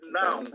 now